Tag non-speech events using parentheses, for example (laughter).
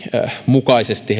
mukaisesti (unintelligible)